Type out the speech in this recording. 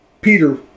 Peter